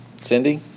Cindy